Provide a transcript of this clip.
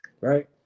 right